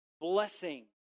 blessing